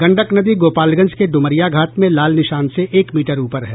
गंडक नदी गोपालगंज के ड्मरिया घाट में लाल निशान से एक मीटर ऊपर है